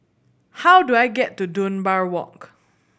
how do I get to Dunbar Walk